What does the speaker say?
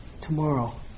tomorrow